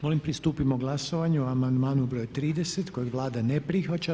Molim pristupimo glasovanju o amandmanu broj 30. kojeg Vlada ne prihvaća.